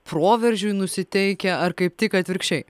proveržiui nusiteikę ar kaip tik atvirkščiai